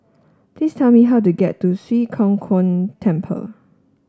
please tell me how to get to Swee Kow Kuan Temple